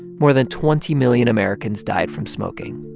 more than twenty million americans died from smoking.